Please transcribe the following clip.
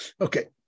Okay